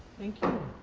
thank you.